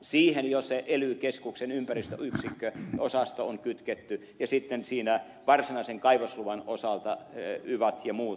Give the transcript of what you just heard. siihen on kytketty jo ely keskuksen ympäristöyksikkö osasto ja sitten varsinaisen kaivosluvan osalta on yvat ja muut